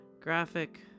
Graphic